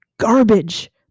garbage